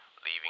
leaving